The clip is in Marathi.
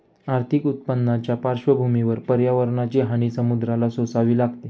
आर्थिक उत्पन्नाच्या पार्श्वभूमीवर पर्यावरणाची हानी समुद्राला सोसावी लागते